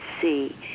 see